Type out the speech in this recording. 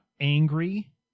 angry